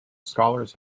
scholars